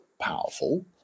powerful